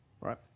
right